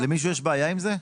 למישהו יש בעיה עם זה?